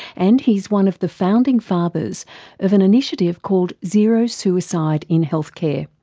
and he's one of the founding fathers of an initiative called zero suicide in healthcare.